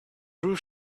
roof